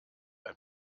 ein